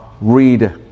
read